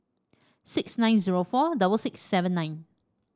six nine zero four double six seven nine